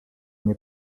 nie